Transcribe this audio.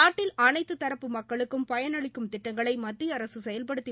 நாட்டில் அனைத்து தரப்பு மக்களுக்கும் பயனளிக்கும் திட்டங்களை மத்திய அரசு செயல்படுத்தி